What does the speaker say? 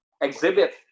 exhibit